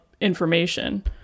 information